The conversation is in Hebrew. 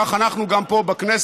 כך גם אנחנו פה בכנסת,